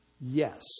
Yes